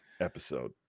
episode